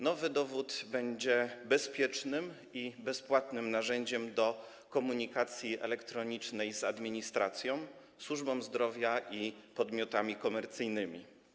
Nowy dowód będzie bezpiecznym i bezpłatnym narzędziem do komunikacji elektronicznej z administracją, służbą zdrowia i podmiotami komercyjnymi.